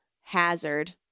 Hazard